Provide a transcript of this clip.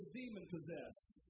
demon-possessed